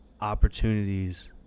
opportunities